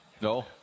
No